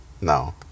No